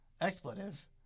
Expletive